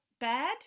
bad